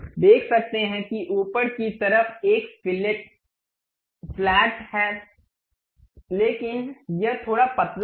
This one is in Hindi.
तो अब आप देख सकते हैं कि ऊपर की तरफ एक फ्लैट है लेकिन ये थोड़ा पतला हैं